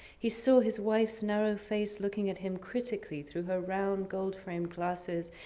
he saw his wife's narrow face looking at him critically through her round gold framed glasses.